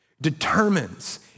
determines